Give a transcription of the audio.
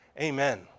Amen